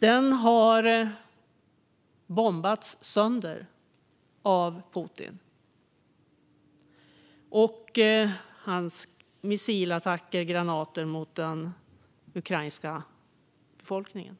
Denna säkerhetsordning har bombats sönder av Putin med hans missil och granatattacker mot den ukrainska befolkningen.